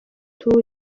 ntuye